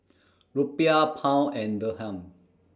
Rupiah Pound and Dirham